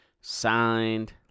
signed